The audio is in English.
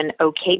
okay